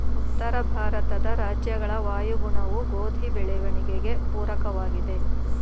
ಉತ್ತರ ಭಾರತದ ರಾಜ್ಯಗಳ ವಾಯುಗುಣವು ಗೋಧಿ ಬೆಳವಣಿಗೆಗೆ ಪೂರಕವಾಗಿದೆ,